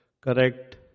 correct